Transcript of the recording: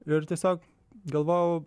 ir tiesiog galvojau